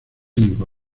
mismo